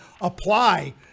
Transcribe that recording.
apply